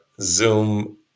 zoom